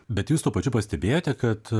bet jūs tuo pačiu pastebėjote kad